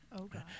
Okay